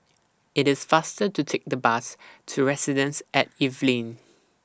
IT IS faster to Take The Bus to Residences At Evelyn